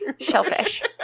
Shellfish